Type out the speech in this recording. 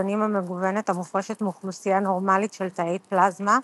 הנוגדנים המגוונת המופרשת מאוכלוסייה נורמלית של תאי פלזמה,